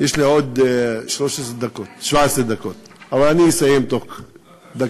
יש לי עוד 17 דקות, אבל אני אסיים תוך דקה.